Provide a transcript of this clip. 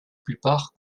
plupart